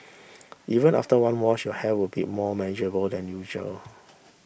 even after one wash your hair would be more manageable than usual